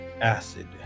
acid